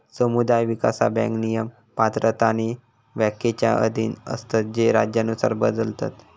समुदाय विकास बँक नियम, पात्रता आणि व्याख्येच्या अधीन असतत जे राज्यानुसार बदलतत